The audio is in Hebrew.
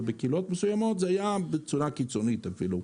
ובקהילות מסוימות זה היה בצורה קיצונית אפילו.